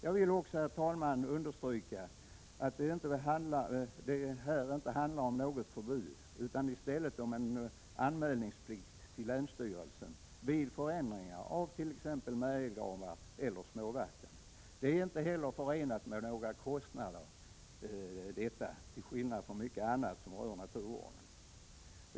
Jag vill också, herr talman, understryka att det här inte handlar om något förbud utan i stället om en plikt att anmäla till länsstyrelsen förändringar av t.ex. märgelgravar eller småvatten. Det är inte heller förenat med några kostnader till skillnad från mycket annat som rör naturvården.